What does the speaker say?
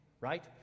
right